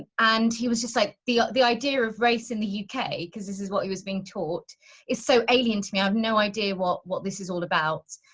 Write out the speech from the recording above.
and he was just like the the idea of race in the yeah uk. cause this is what he was being taught is so alien to me. i've no idea what what this is all about.